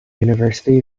university